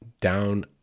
down